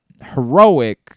heroic